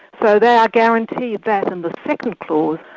so they are guaranteed that in the second clause.